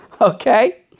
Okay